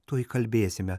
tuoj kalbėsime